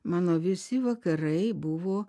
mano visi vakarai buvo